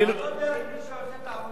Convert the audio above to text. אתה לא, על מי שעושה את העבודה.